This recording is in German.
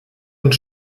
und